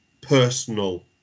personal